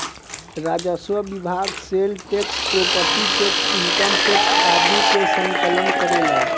राजस्व विभाग sale tax property tax income tax आदि के संकलन करेला